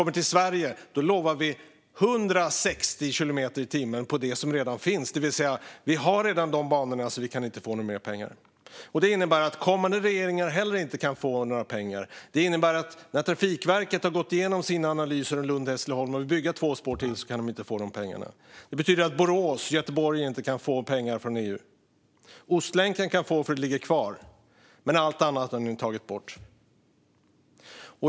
Men Sverige lovar bara 160 kilometer i timmen på de banor vi redan har, och därför kan vi inte få några pengar. Det här innebär att kommande regeringar inte heller kan få några pengar. När Trafikverket har gått igenom sina analyser av Lund-Hässleholm och vill bygga två spår till kan de inte få några pengar. Borås-Göteborg kan inte heller få pengar från EU. Ostlänken kan få pengar, eftersom det beslutet ligger kvar. Men allt annat har regeringen nu tagit bort.